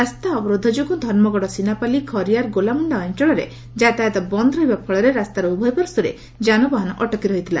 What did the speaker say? ରାସ୍ତା ଅବରୋଧ ଫଳରେ ଧର୍ମଗଡ ସିନାପାଲି ଖରିଆର ଗୋଲାମୁଣ୍ତା ଅଞ୍ଚଳରେ ଯାତାୟତ ବନ୍ଦ ରହିବା ଫଳରେ ରାସ୍ତାର ଉଭୟ ପାର୍ଶ୍ୱରେ ଯାନବାହନ ଅଟକି ରହିଥିଲା